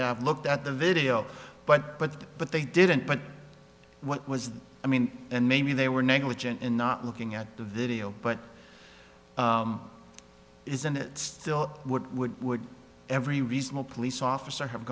have looked at the video but but but they didn't but what was i mean and maybe they were negligent in not looking at the video but isn't it still would every reasonable police officer have